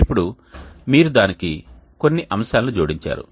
ఇప్పుడు మీరు దానికి కొన్ని అంశాలను జోడించారు